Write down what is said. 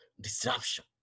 disruption